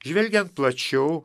žvelgiant plačiau